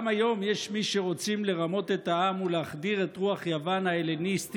גם היום יש מי שרוצים לרמות את העם ולהחדיר את רוח יוון ההלניסטית,